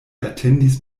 atendis